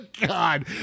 God